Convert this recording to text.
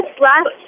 last